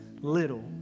little